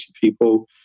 people